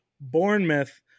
Bournemouth